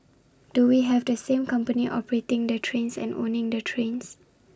do we have the same company operating the trains and owning the trains